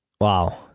Wow